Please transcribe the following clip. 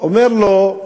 אומר לו,